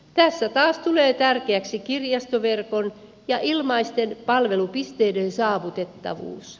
tässä taas tulee tärkeäksi kirjastoverkon ja ilmaisten palvelupisteiden saavutettavuus